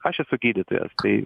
aš esu gydytojas tai